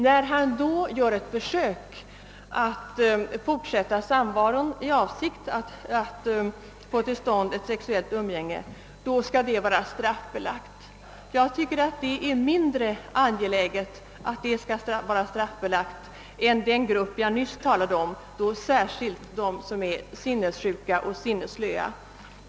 När han gör ett försök att få till stånd ett sexuellt umgänge skall det vara straffbelagt. Jag tycker det är mindre angeläget att det skall vara straffbelagt än att den grupp av brott, som jag nyss talade om, skall vara straffbelagd, särskilt när det gäller dem som är sinnessjuka eller sinnesslöa.